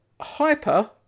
Hyper